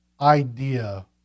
idea